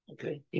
Okay